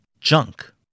Junk